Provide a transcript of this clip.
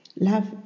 Love